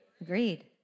Agreed